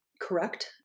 correct